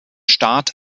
staat